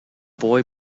boy